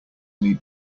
need